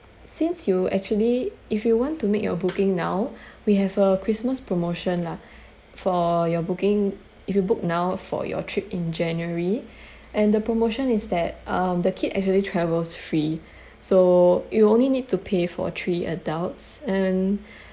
since you actually if you want to make your booking now we have a christmas promotion lah for your booking if you book now for your trip in january and the promotion is that um the kid actually travels free so you only need to pay for three adults and